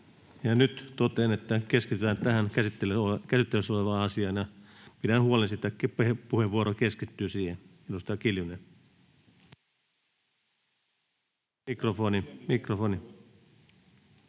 Nyt totean, että keskitytään tähän käsittelyssä olevaan asiaan, ja pidän huolen siitä, että puheenvuoro keskittyy siihen.